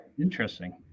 interesting